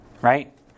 Right